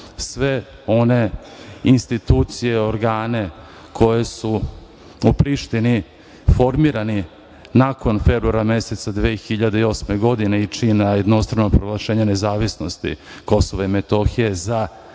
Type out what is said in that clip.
sve one institucije, organe koji su u Prištini formirani nakon februara 2008. godine i čine jednostrano proglašenje nezavisnosti Kosova i Metohije za